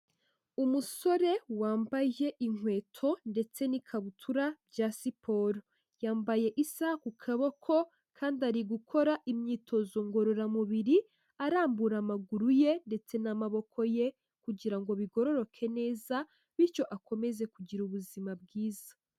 Umusore wambaye inkweto ndetse n'ikabutura bya siporo, yambaye isa ku kaboko kandi ari gukora imyitozo ngororamubiri, arambura amaguru ye ndetse n'amaboko ye kugira ngo bigororoke neza bityo akomeze kugira ubuzima bwiza.